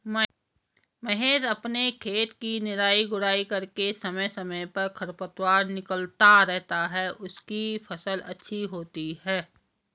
महेश अपने खेत की निराई गुड़ाई करके समय समय पर खरपतवार निकलता रहता है उसकी फसल अच्छी होती है